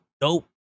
dope